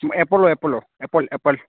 এ'পলৰ এ'পলৰ apple apple